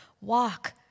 walk